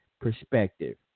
perspective